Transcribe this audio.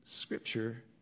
Scripture